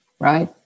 right